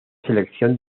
sección